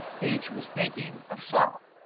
each was thinking of self.